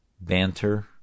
banter